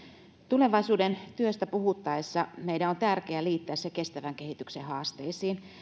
tulevaisuuden työstä puhuttaessa meidän on tärkeä liittää se kestävän kehityksen haasteisiin